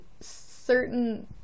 certain